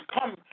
come